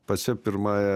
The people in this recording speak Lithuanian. pačia pirmąja